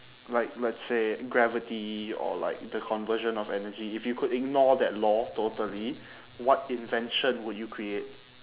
like let's say gravity or like the conversion of energy if you could ignore that law totally what invention would you create